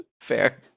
Fair